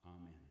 Amen